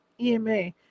EMA